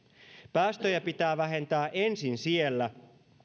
päästöjä pitää vähentää ensin siellä